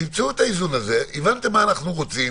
תמצאו את האיזון הזה, הבנתם מה אנחנו רוצים.